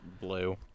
blue